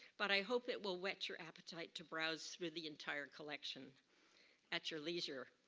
but i hope it will wet your appetite to browse through the entire collection at your leisure.